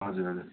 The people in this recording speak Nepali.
हजुर हजुर